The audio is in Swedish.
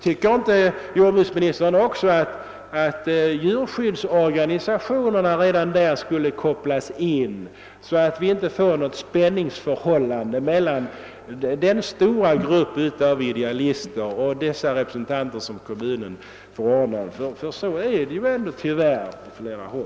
Tycker inte jordbruksministern också att djurskyddsorganisationerna skulle kopplas in redan där, så att vi inte får något spänningsförhållande mellan denna stora grupp av idealister och de representanter som kommunen förordnar? En förtroendefull samverkan är nödvändig.